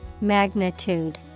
magnitude